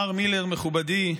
מר מילר מכובדי,